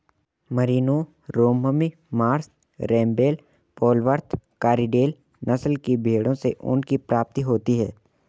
Merino, Romney Marsh, रेम्बेल, Polwarth, Corriedale नस्ल की भेंड़ों से ऊन की प्राप्ति होती है